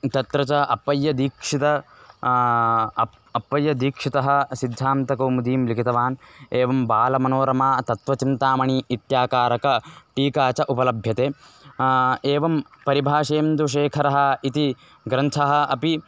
तत्र च अपय्यदीक्षित अप् अपय्यदीक्षितः सिद्धान्तकौमुदीं लिखितवान् एवं बालमनोरमा तत्त्वचिन्तामणि इत्याकारक टीका च उपलभ्यते एवं परिभाषेन्दुशेखरः इति ग्रन्थः अपि